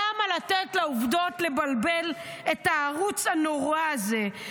למה לתת לעובדות לבלבל את הערוץ הנורא הזה?